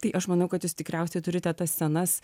tai aš manau kad jūs tikriausiai turite tas scenas